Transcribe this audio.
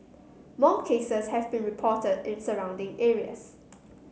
more cases have been reported in surrounding areas